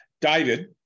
David